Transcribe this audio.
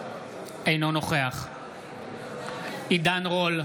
אינו נוכח עידן רול,